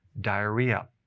diarrhea